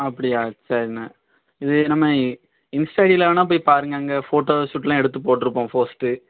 அப்படியா சரிண்ண இது நம்ம இன்ஸ்டா ஐடியில் வேணுனா போய் பாருங்கள் அங்கே போட்டோ ஷுட்லாம் எடுத்து போட்டுருப்போம் போஸ்ட்டு